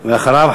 ואחריו,